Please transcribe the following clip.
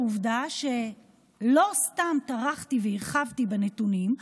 לעובדה שלא סתם טרחתי והרחבתי בנתונים,